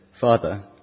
Father